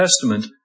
Testament